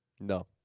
no